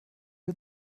wir